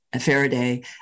Faraday